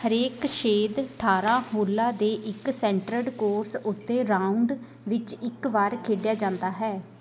ਹਰੇਕ ਛੇਦ ਅਠਾਰਾਂ ਹੋਲਾਂ ਦੇ ਇੱਕ ਸੈਂਟਰਡ ਕੋਰਸ ਉੱਤੇ ਰਾਊਂਡ ਵਿੱਚ ਇੱਕ ਵਾਰ ਖੇਡਿਆ ਜਾਂਦਾ ਹੈ